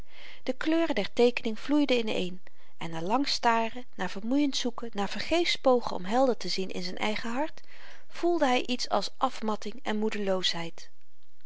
de kleuren der teekening vloeiden in-een en na lang staren na vermoeiend zoeken na vergeefsch pogen om helder te zien in z'n eigen hart voelde hy iets als afmatting en